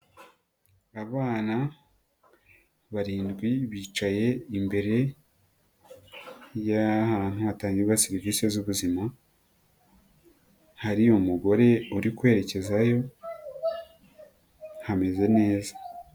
Abana barindwi bicaye imbere y'ahantutu hatangirwa serivisi z'ubuzima, hari umugore uri kwerekezayo, hameze neza.